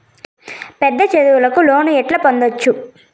పెద్ద చదువులకు లోను ఎట్లా పొందొచ్చు